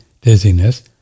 dizziness